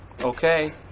okay